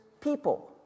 people